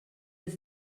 els